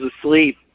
asleep